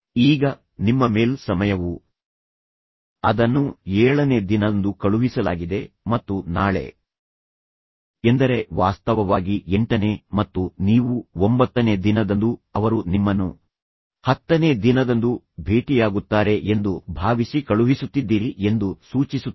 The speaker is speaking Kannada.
ಈಗ ನಿಮ್ಮ ಮೇಲ್ ಸಮಯವು ಅದನ್ನು ಏಳನೇ ದಿನದಂದು ಕಳುಹಿಸಲಾಗಿದೆ ಮತ್ತು ನಾಳೆ ಎಂದರೆ ವಾಸ್ತವವಾಗಿ ಎಂಟನೇ ಮತ್ತು ನೀವು ಒಂಬತ್ತನೇ ದಿನದಂದು ಅವರು ನಿಮ್ಮನ್ನು ಹತ್ತನೇ ದಿನದಂದು ಭೇಟಿಯಾಗುತ್ತಾರೆ ಎಂದು ಭಾವಿಸಿ ಕಳುಹಿಸುತ್ತಿದ್ದೀರಿ ಎಂದು ಸೂಚಿಸುತ್ತದೆ